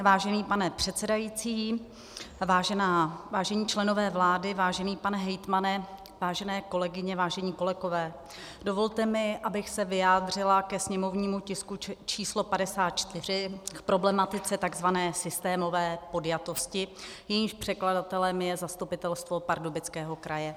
Vážený pane předsedající, vážení členové vlády, vážený pane hejtmane, vážené kolegyně, vážené kolegové, dovolte mi, abych se vyjádřila ke sněmovnímu tisku číslo 54, k problematice takzvané systémové podjatosti, jejímž předkladatelem je zastupitelstvo Pardubického kraje.